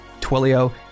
Twilio